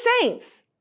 saints